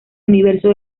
universo